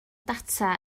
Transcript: data